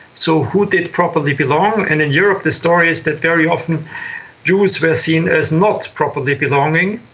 so who did properly belong. and in europe the story is that very often jews were seen as not properly belonging.